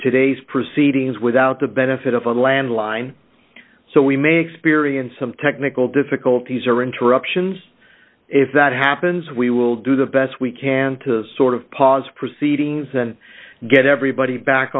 today's proceedings without the benefit of a landline so we may experience some technical difficulties or interruptions if that happens we will do the best we can to sort of pause proceedings and get everybody back